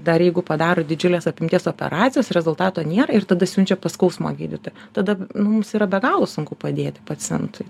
dar jeigu padaro didžiulės apimties operacijos rezultato nėra ir tada siunčia skausmo gydyti tada nu mums yra be galo sunku padėti pacientui